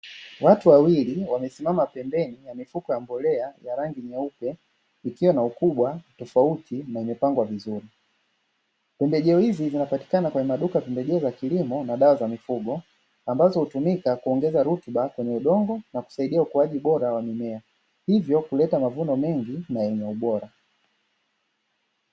Watu wawili wamesimama pembeni ya mifuko ya mbolea ya rangi nyeupe, ikiwa na ukubwa tofauti na imepangwa vizuri. Pembejeo hizi zinapatikana kwenye maduka ya pembejeo za kilimo na dawa za mifugo, ambazo hutumika kuongeza rutuba kwenye udongo wa na kusaidia ukuaji bora wa mimea. Hivyo kuleta mavuno mengi na yenye ubora.